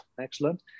Excellent